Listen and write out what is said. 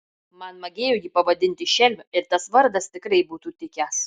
man magėjo jį pavadinti šelmiu ir tas vardas tikrai būtų tikęs